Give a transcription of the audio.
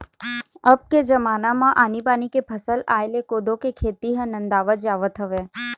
अब के जमाना म आनी बानी के फसल आय ले कोदो के खेती ह नंदावत जावत हवय